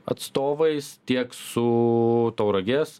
atstovais tiek su tauragės